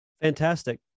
Fantastic